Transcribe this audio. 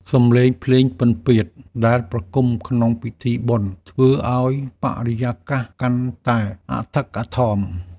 សម្លេងភ្លេងពិណពាទ្យដែលប្រគំក្នុងពិធីបុណ្យ ធ្វើឱ្យបរិយាកាសកាន់តែអធិកអធម។